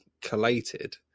collated